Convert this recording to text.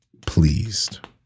pleased